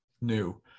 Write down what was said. new